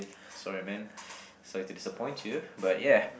sorry man sorry to disappoint you but yeah